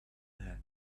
had